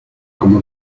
como